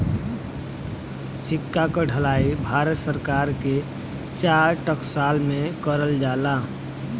सिक्का क ढलाई भारत सरकार के चार टकसाल में करल जाला